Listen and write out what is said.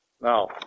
Now